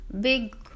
big